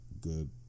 good